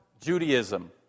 Judaism